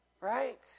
right